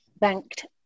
banked